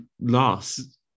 loss